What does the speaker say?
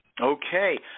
Okay